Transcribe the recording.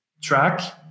track